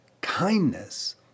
kindness